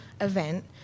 event